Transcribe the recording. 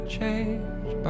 change